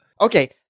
okay